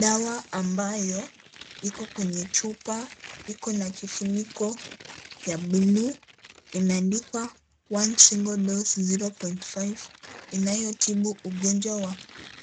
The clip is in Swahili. Dawa ambayo iko kwenye chupa iko na kifuniko ya blue imeandikwa one single dose 0.5 inayotibu ugonjwa wa